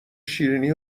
شیرینی